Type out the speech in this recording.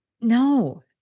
No